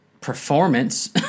performance